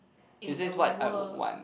in the world